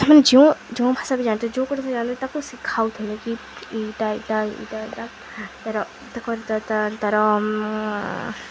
ସେମାନେ ଯେଉଁ ଯେଉଁ ଭାଷା ବି ଜାଣିଥିଲେ ତାକୁ ଶିଖାଉଥିଲେ କି ଇଟା ଇଟା ଇଟା ଇଟା ତାର ତା କରି ତା ତାର